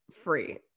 free